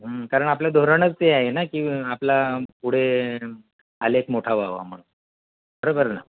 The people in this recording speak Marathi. कारण आपलं धोरणच ते आहे ना की आपला पुढे आलेख मोठा व्हावा म्हणून बरोबर ना